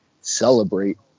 celebrate